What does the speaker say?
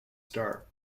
star